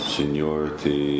seniority